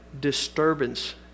disturbance